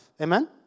Amen